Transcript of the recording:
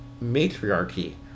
matriarchy